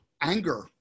anger